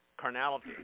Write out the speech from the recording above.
carnality